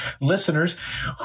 listeners